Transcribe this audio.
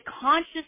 conscious